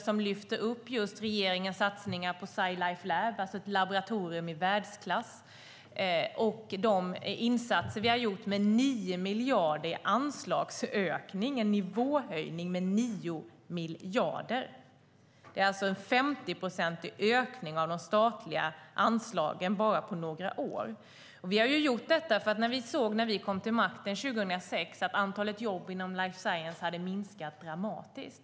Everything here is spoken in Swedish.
Han lyfter fram regeringens satsningar på Sci Life Lab, ett laboratorium i världsklass, och de insatser vi har gjort med en nivåhöjning och anslagsökning på 9 miljarder. Det har skett en 50-procentig ökning av de statliga anslagen bara på några år. Vi har gjort detta för att vi när vi kom till makten 2006 såg att antalet jobb inom life science hade minskat dramatiskt.